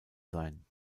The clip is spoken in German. sein